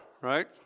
Right